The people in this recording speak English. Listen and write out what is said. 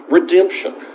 Redemption